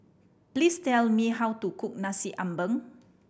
please tell me how to cook Nasi Ambeng